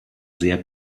sehr